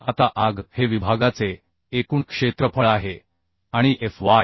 आता Ag हे विभागाचे एकूण क्षेत्रफळ आहे आणि Fy